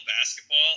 basketball